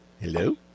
Hello